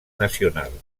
nacional